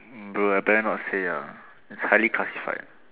bro I better not say ya it's highly classified